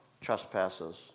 trespasses